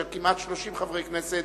כמעט 30 חברי כנסת